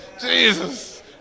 Jesus